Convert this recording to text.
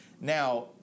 Now